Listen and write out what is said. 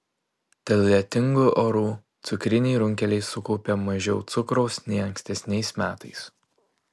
dėl lietingų orų cukriniai runkeliai sukaupė mažiau cukraus nei ankstesniais metais